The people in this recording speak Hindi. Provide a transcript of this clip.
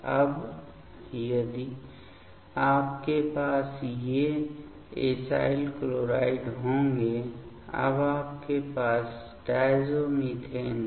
अब यदि आपके पास ये एसाइल क्लोराइड होंगे अब आपके पास डायज़ोमिथेन है